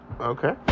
Okay